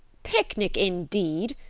picnic, indeed!